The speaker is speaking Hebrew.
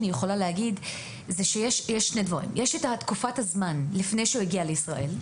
יש את תקופת הזמן לפני שהוא הגיע לישראל,